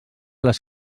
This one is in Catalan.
les